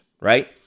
Right